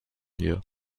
hier